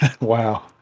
wow